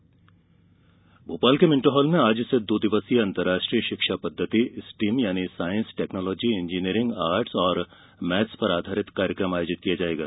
MP STEM conference Bhopal के Minto hall में आज से दो दिवसीय अन्तर्राष्ट्रीय शिक्षा पद्धति स्टीम यानी सांइस टेक्नोलॉजी इंजीनियरिंग आर्टस और मैथ्स पर आधारित कार्यक्रम आयोजित किया जाएगा